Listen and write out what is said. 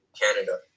Canada